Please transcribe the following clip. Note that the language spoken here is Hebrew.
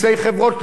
מסי חברות.